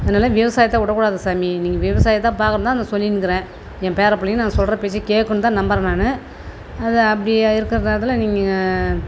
அதனாலே விவசாயத்தை உட கூடாது சாமி நீங்கள் விவசாயம் தான் பார்க்கணும் தான் நான் சொல்லினுக்கிறேன் என் பேரப் பிள்ளைங்க நாங்கள் சொல்கிற பேச்சை கேட்குந்தான் நம்பறேன் நான் அதை அப்படியே இருக்கிற காலத்தில் நீங்கள்